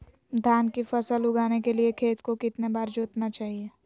धान की फसल उगाने के लिए खेत को कितने बार जोतना चाइए?